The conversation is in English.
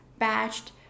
batched